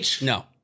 No